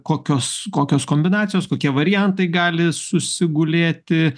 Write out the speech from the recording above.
kokios kokios kombinacijos kokie variantai gali susigulėti